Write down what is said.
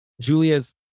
Julia's